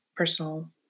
personal